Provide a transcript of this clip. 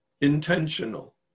intentional